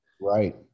right